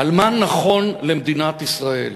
על מה נכון למדינת ישראל,